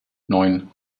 neun